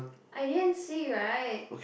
I didn't see right